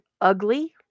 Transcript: ugly